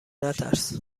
نترس